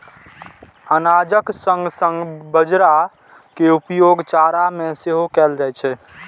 अनाजक संग संग बाजारा के उपयोग चारा मे सेहो कैल जाइ छै